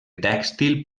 tèxtil